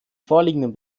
vorliegenden